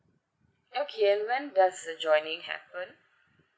okay and when does the joining happen